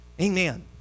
Amen